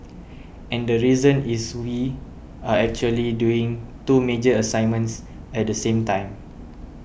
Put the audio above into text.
and the reason is we are actually doing two major assignments at the same time